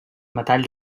metall